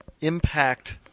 impact